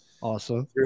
Awesome